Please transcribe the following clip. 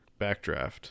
Backdraft